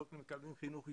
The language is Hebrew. לא מקבלים חינוך יהודי,